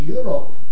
Europe